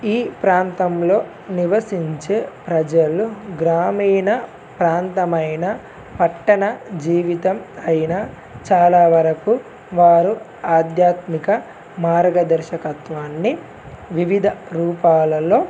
ఈ ప్రాంతంలో నివసించే ప్రజలు గ్రామీణ ప్రాంతమైన పట్టణ జీవితం అయిన చాలా వరకు వారు ఆధ్యాత్మిక మార్గదర్శకత్వాన్ని వివిధ రూపాలలో